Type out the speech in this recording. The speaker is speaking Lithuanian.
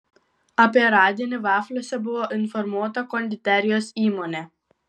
apie radinį vafliuose buvo informuota konditerijos įmonė